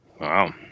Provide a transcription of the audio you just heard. Wow